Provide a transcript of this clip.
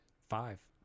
Five